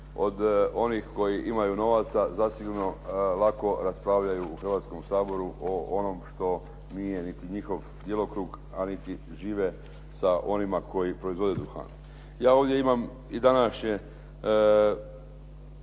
od onih koji imaju novaca zasigurno lako raspravljaju u Hrvatskom saboru o onom što nije njihov djelokrug, a niti žive sa onima koji proizvode duhan. Ja ovdje imam i današnje